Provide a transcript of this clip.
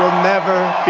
um never